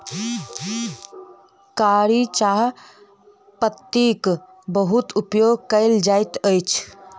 कारी चाह पत्तीक बहुत उपयोग कयल जाइत अछि